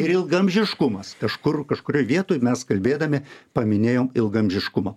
ir ilgaamžiškumas kažkur kažkurioj vietoj mes kalbėdami paminėjom ilgaamžiškumą